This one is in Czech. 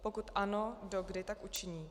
Pokud ano, do kdy tak učiní.